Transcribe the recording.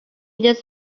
this